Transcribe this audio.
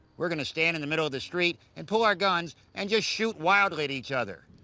we're going to stand in the middle of the street and pull our guns and just shoot wildly at each other.